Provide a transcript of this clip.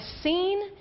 seen